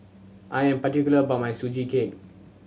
I am particular about my Sugee Cake